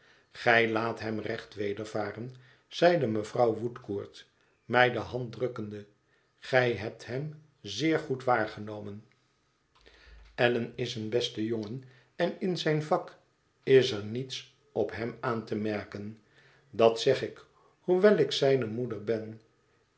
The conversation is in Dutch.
gij laat hem recht wedervaren zeide mevrouw woodcourt mij de hand drukkende gij hebt hem zeer goed waargenomen allan is een beste jongen en in zijn vak is er niets op hem aan te merken dat zeg ik hoewel ik zijne moeder ben